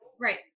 Right